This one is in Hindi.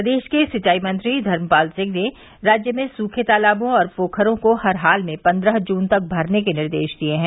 प्रदेश के सिंचाई मंत्री धर्मपाल सिंह ने राज्य में सूखे तालाबों और पोखरों को हर हाल में पन्द्रह जून तक भरने के निर्देश दिये हैं